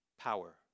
power